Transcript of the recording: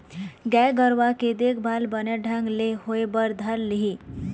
गाय गरुवा के देखभाल बने ढंग ले होय बर धर लिही